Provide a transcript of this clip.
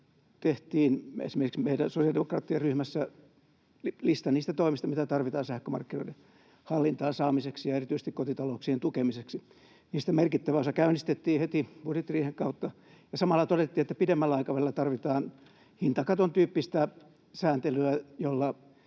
tehtiin esimerkiksi meidän sosiaalidemokraattien ryhmässä lista niistä toimista, mitä tarvitaan sähkömarkkinoiden hallintaan saamiseksi ja erityisesti kotitalouksien tukemiseksi. Niistä merkittävä osa käynnistettiin heti budjettiriihen kautta, ja samalla todettiin, että pidemmällä aikavälillä tarvitaan hintakaton tyyppistä sääntelyä, jolla